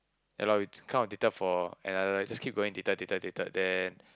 ya lor we kind of dated for another just keep going dated dated dated then